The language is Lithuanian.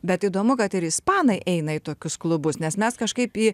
bet įdomu kad ir ispanai eina į tokius klubus nes mes kažkaip į